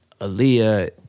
Aaliyah